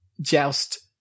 joust